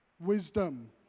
wisdom